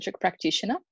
practitioner